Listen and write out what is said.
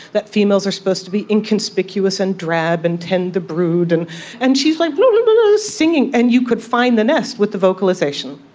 that females are supposed to be inconspicuous and drab and tend the brood. and and she's like singing and you could find the nest with the vocalisation.